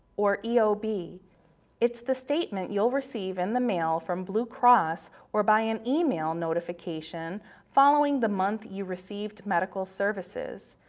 or eob. it's the statement you'll receive in the mail from blue cross or by an email notification following the month you received medical services.